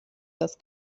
das